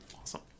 Awesome